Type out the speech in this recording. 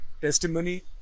testimony